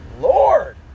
Lord